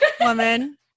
Woman